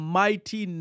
mighty